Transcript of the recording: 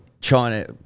China